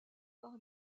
par